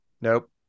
Nope